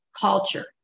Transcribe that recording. culture